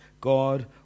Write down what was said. God